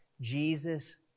Jesus